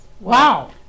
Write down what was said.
Wow